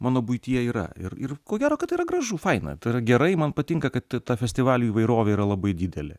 mano buityje yra ir ir ko gero kad tai yra gražu faina tai yra gerai man patinka kad ta festivalių įvairovė yra labai didelė